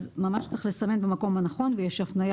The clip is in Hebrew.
אז ממש צריך לסמן במקום הנכון ויש הפניה